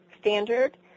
standard